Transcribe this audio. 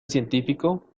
científico